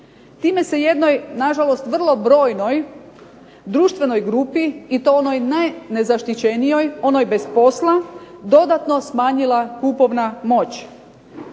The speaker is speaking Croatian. Time se jednoj, nažalost vrlo brojnoj društvenoj grupi, i to onoj najnezaštićenijoj, onoj bez posla, dodatno smanjila kupovna moć.